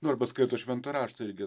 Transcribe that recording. nu arba skaito šventą raštą irgi